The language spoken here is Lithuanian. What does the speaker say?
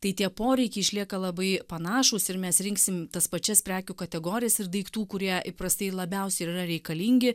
tai tie poreikiai išlieka labai panašūs ir mes rinksim tas pačias prekių kategorijas ir daiktų kurie įprastai labiausiai ir yra reikalingi